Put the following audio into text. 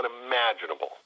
unimaginable